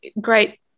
great